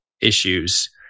issues